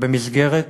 במסגרת